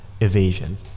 evasion